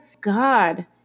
God